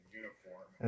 uniform